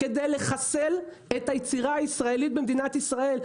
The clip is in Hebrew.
כדי לחסל את היצירה הישראלית במדינת ישראל.